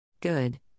Good